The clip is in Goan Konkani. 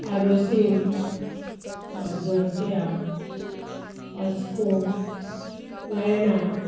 आरोसीम माजोट्या वास्को वेर्णा